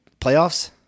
playoffs